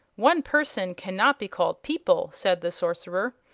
one person cannot be called people, said the sorcerer.